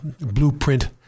Blueprint